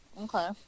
Okay